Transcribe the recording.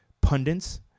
pundits